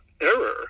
error